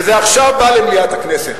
וזה בא עכשיו למליאת הכנסת.